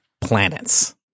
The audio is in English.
Planets